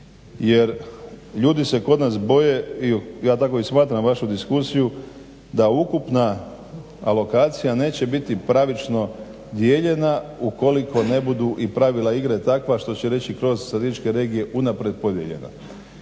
Jer ljudi se kod nas boje i ja tako i smatram vašu diskusiju, da ukupna alokacija neće biti pravično dijeljena ukoliko ne budu i pravila igre takva što će reći kroz statističke regije unaprijed podijeljena.